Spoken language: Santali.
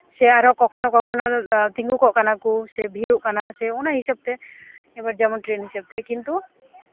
ᱥᱮ ᱟᱨᱚ ᱠᱚᱠᱷᱚᱱᱳ ᱠᱚᱠᱷᱚᱱᱳ ᱛᱤᱸᱜᱩ ᱠᱚᱜ ᱠᱟᱱᱟ ᱠᱚ ᱥᱮ ᱵᱷᱤᱲᱚᱜ ᱠᱟᱱᱟ ᱚᱱᱟ ᱦᱤᱥᱟᱹᱵᱽ ᱛᱮ ᱮᱵᱟᱨ ᱡᱮᱢᱚᱱ ᱴᱨᱮᱹᱱ ᱦᱤᱥᱟᱹᱵᱽᱛᱮ ᱠᱤᱱᱛᱩ